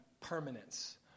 permanence